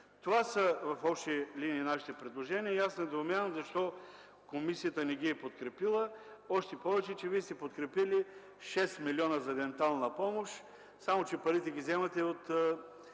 това са нашите предложения. Аз недоумявам защо комисията не ги е подкрепила, още повече, че Вие сте подкрепили 6 милиона за дентална помощ, само че парите ги вземате от